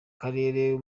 karere